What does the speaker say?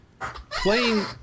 playing